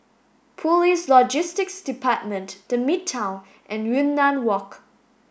Police Logistics Department The Midtown and Yunnan Walk